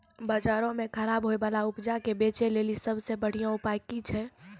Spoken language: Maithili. बजारो मे खराब होय बाला उपजा के बेचै लेली सभ से बढिया उपाय कि छै?